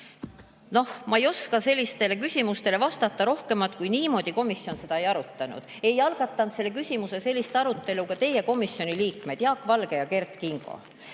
Noh, ma ei oska sellistele küsimustele vastata rohkemat kui öelda seda, et niimoodi komisjon seda ei arutanud. Ei algatanud selle küsimuse arutelu ka teie komisjoniliikmed Jaak Valge ja Kert Kingo.